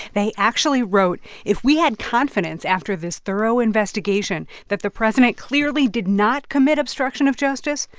they actually wrote, if we had confidence after this thorough investigation that the president clearly did not commit obstruction of justice,